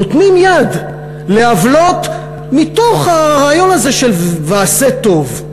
נותנים יד לעוולות מתוך הרעיון של "ועשה טוב".